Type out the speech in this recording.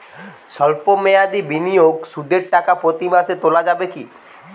সল্প মেয়াদি বিনিয়োগে সুদের টাকা প্রতি মাসে তোলা যাবে কি?